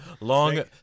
Long